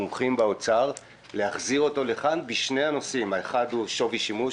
המומחים באוצר ולהחזיר אותו לכאן בשני הנושאים: שווי שימוש,